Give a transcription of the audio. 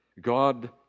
God